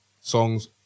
songs